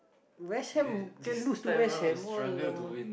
West Ham can lose to West Ham !alamak!